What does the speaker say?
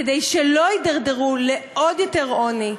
כדי שלא יתדרדרו לעוד יותר עוני.